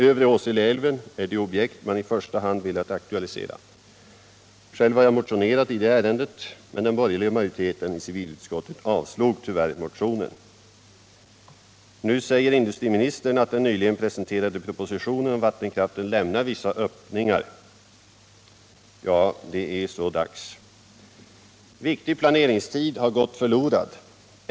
Övre Åseleälven är det objekt man i första hand velat aktualisera. Själv har jag motionerat i ärendet, men den borgerliga majoriteten i civilutskottet avstyrkte motionen. Nu säger industriministern att den nyligen presenterade propositionen om vattenkraften lämnar vissa öppningar. Ja, det är så dags. Viktig planeringstid har gått förlorad.